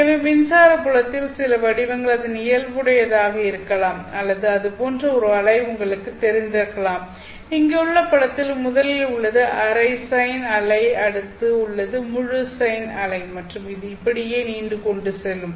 எனவே மின்சாரத் புலத்தில் சில வடிவங்கள் அதன் இயல்புடையதாக இருக்கலாம் அல்லது அதுபோன்ற ஒரு அலை உங்களுக்குத் தெரிந்திருக்கலாம் இங்கு உள்ள படத்தில் முதலில் உள்ளது அரை சைன் அலை அடுத்து உள்ளது முழு சைன் அலை மற்றும் இது இப்படியே நீண்டு கொண்டு செல்லும்